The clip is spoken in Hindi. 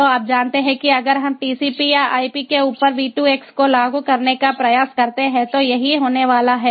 तो आप जानते हैं कि अगर हम TCP IP के ऊपर V2X को लागू करने का प्रयास करते हैं तो यही होने वाला है